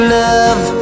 love